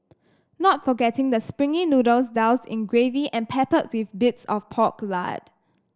not forgetting the springy noodles doused in gravy and pepper with bits of pork lard